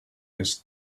his